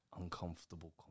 Uncomfortable